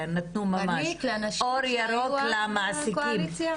נתנו ממש אור ירוק למעסיקים.